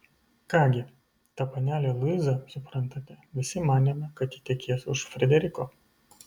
ką gi ta panelė luiza suprantate visi manėme kad ji tekės už frederiko